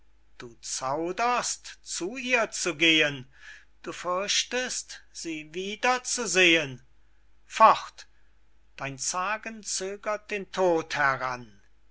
du zauderst zu ihr zu gehen du fürchtest sie wieder zu sehen fort dein zagen zögert den tod heran